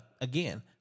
Again